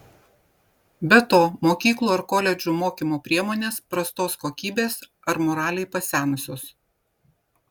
be to mokyklų ar koledžų mokymo priemonės prastos kokybės ar moraliai pasenusios